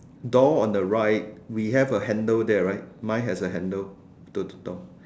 door on the right we have a handle there right mine has a handle to the door